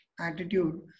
attitude